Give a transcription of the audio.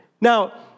Now